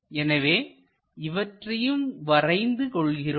எனவே இவற்றையும் வரைந்து கொள்கிறோம்